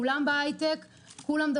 כולם בהייטק,